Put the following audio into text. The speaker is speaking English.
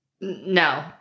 No